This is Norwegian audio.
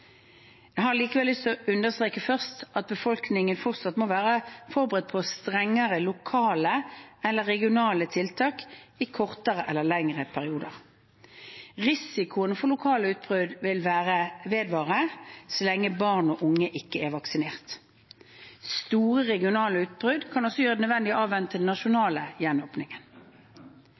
Jeg har likevel først lyst til å understreke at befolkningen fortsatt må være forberedt på strengere lokale eller regionale tiltak i kortere eller lengre perioder. Risikoen for lokale utbrudd vil vedvare så lenge barn og unge ikke er vaksinert. Store regionale utbrudd kan også gjøre det nødvendig å avvente den nasjonale gjenåpningen.